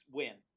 win